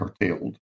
curtailed